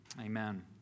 amen